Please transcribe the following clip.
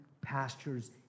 pastures